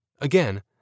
again